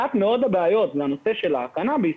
אחת הבעיות זה הקנאביס,